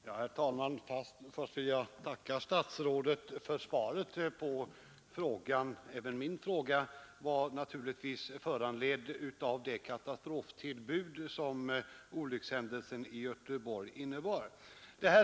Herr talman! Först vill jag tacka statsrådet för svaret på frågan. Även min fråga var naturligtvis föranledd av det katastroftillbud som olyckshändelsen i Göteborg innebar.